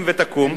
אם תקום.